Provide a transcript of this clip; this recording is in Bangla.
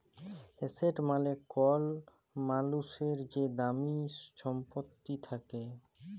এসেট মালে কল মালুসের যে দামি ছম্পত্তি থ্যাকে